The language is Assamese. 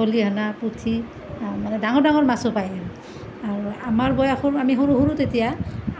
খলিহনা পুঠি তাৰ মানে ডাঙৰ ডাঙৰ মাছো পায় আৰু আমাৰ বয়সৰ আমি সৰু সৰু তেতিয়া